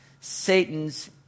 Satan's